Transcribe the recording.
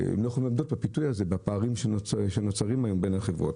הן לא יכולות לעמוד בפיתוי הזה בפערים שנוצרים היום בין החברות.